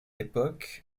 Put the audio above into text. époque